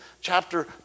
chapter